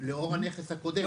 לאור הנכס הקודם.